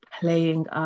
playing